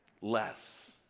Less